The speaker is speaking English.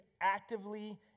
actively